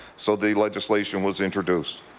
so the legislation was introduced.